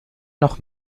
noch